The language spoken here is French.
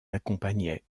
accompagnaient